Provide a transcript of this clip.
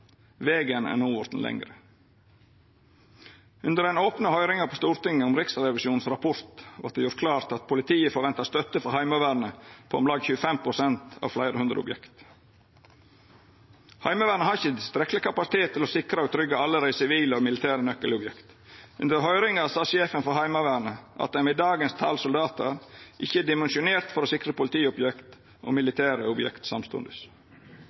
Vegen er no vorten lengre. Under den opne høyringa på Stortinget om Riksrevisjonens rapport vart det gjort klart at politiet forventar støtte frå Heimevernet på om lag 25 pst. av fleire hundre objekt. Heimevernet har ikkje tilstrekkeleg kapasitet til å sikra og tryggja alle dei sivile og militære nøkkelobjekta. Under høyringa sa sjefen for Heimevernet at dei med dagens tal på soldatar ikkje er dimensjonerte for å sikra politiobjekt og militære objekt samstundes.